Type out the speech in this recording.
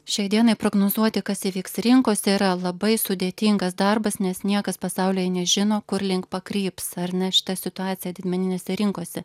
šiai dienai prognozuoti kas įvyks rinkose yra labai sudėtingas darbas nes niekas pasaulyje nežino kur link pakryps ar ne šita situacija didmeninėse rinkose